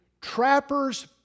trapper's